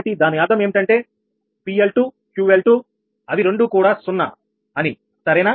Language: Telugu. కాబట్టి దాని అర్థం ఏమిటంటే 𝑃𝐿2 𝑄𝐿2 అవి రెండూ కూడా సున్నా అని సరేనా